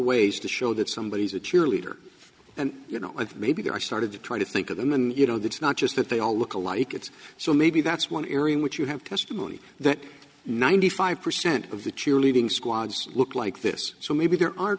ways to show that somebody is a cheerleader and you know maybe there are started to try to think of them and you know that's not just that they all look alike it's so maybe that's one area in which you have to say that ninety five percent of the cheerleading squad look like this so maybe there are